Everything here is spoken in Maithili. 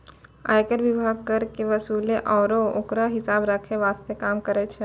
आयकर विभाग कर के वसूले आरू ओकरो हिसाब रख्खै वास्ते काम करै छै